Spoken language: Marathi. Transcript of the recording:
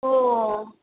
हो